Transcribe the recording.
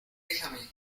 déjame